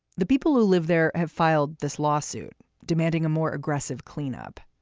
the people who live there have filed this lawsuit demanding a more aggressive cleanup.